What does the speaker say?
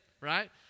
Right